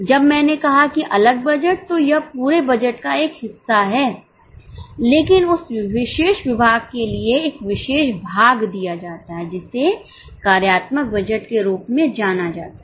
जब मैंने कहा कि अलग बजट तो यह पूरे बजट का एक हिस्सा है लेकिन उस विशेष विभाग के लिए एक विशेष भाग दिया जाता है जिसे कार्यात्मक बजट के रूप में जाना जाता है